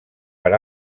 per